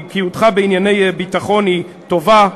כי בקיאותך בענייני ביטחון היא טובה,